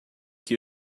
que